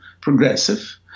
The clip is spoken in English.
progressive